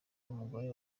n’umugore